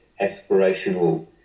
aspirational